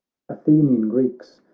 athenian greeks,